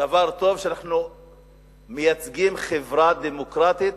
דבר טוב, שאנחנו מייצגים חברה דמוקרטית